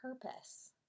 purpose